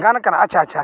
ᱜᱟᱱ ᱟᱠᱟᱱᱟ ᱟᱪᱪᱷᱟ ᱟᱪᱪᱷᱟ